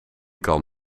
kan